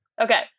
Okay